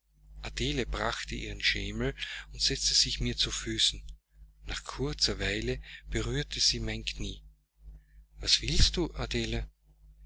adele brachte ihren schemel und setzte sich mir zu füßen nach kurzer weile berührte sie mein knie was willst du adele